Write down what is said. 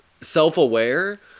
self-aware